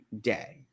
day